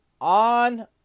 on